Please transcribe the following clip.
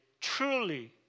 truly